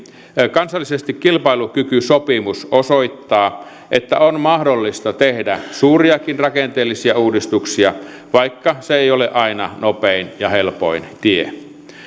kansallisesti kilpailukykysopimus osoittaa että on mahdollista tehdä suuriakin rakenteellisia uudistuksia vaikka se ei ole aina nopein ja helpoin tie